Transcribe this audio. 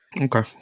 Okay